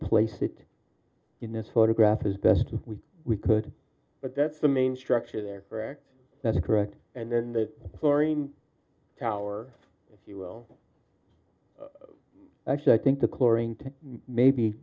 place it in this photograph is best we could but that's the main structure there correct that's correct and then the chlorine tower if you will actually i think the